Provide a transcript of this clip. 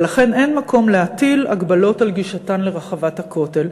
ולכן אין מקום להטיל הגבלות על גישתן לרחבת הכותל.